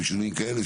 עם שינויים כאלה,